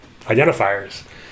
identifiers